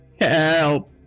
Help